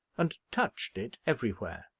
and touched it everywhere.